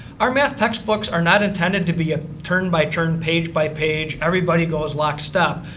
our math textbooks are not intended to be a turn by turn, page by page, everybody goes lockstep.